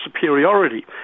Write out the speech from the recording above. superiority